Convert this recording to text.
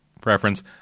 preference